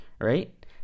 right